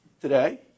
today